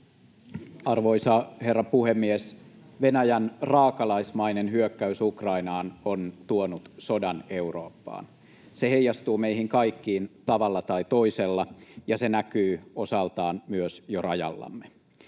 Arvoisa herra puhemies! Venäjän raakalaismainen hyökkäys Ukrainaan on tuonut sodan Eurooppaan. Se heijastuu meihin kaikkiin tavalla tai toisella, ja se näkyy osaltaan myös jo rajallamme.